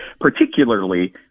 particularly